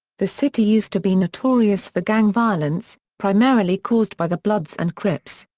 the city used to be notorious for gang violence, primarily caused by the bloods and crips.